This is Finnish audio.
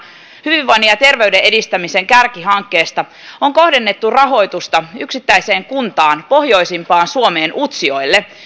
hyvinvoinnin ja terveyden edistämisen kärkihankkeesta on kohdennettu rahoitusta yksittäiseen kuntaan pohjoisimpaan suomeen utsjoelle